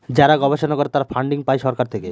যারা গবেষণা করে তারা ফান্ডিং পাই সরকার থেকে